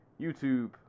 YouTube